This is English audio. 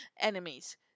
enemies